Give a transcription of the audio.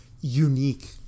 unique